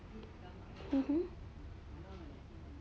mmhmm